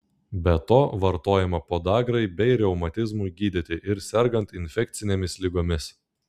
be to vartojama podagrai bei reumatizmui gydyti ir sergant infekcinėmis ligomis